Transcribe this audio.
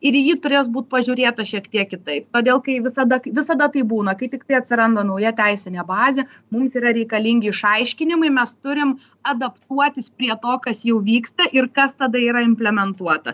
ir į jį turės būt pažiūrėta šiek tiek kitaip todėl kai visada visada taip būna kai tiktai atsiranda nauja teisinė bazė mums yra reikalingi išaiškinimai mes turim adaptuotis prie to kas jau vyksta ir kas tada yra implementuota